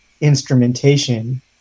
instrumentation